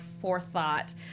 forethought